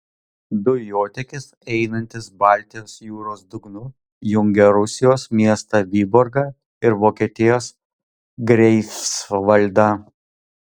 dujotiekis einantis baltijos jūros dugnu jungia rusijos miestą vyborgą ir vokietijos greifsvaldą